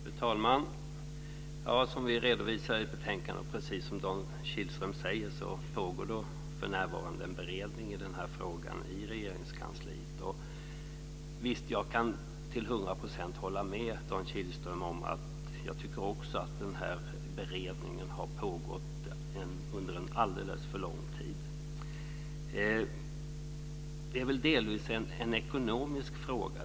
Fru talman! Som vi redovisar i betänkandet, och precis som Dan Kihlström säger, pågår det för närvarande en beredning av den här frågan i Regeringskansliet. Jag kan till hundra procent hålla med Dan Kihlström: Jag tycker också att den här beredningen har pågått under en alldeles för lång tid. Det är väl delvis en ekonomisk fråga.